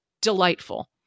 delightful